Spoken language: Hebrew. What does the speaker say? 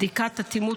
בדיקת אטימות,